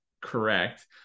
correct